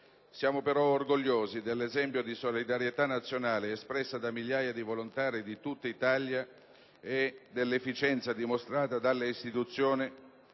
Siamo però orgogliosi dell'esempio di solidarietà nazionale espressa da migliaia di volontari di tutta Italia e dell'efficienza dimostrata dalle istituzioni,